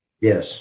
yes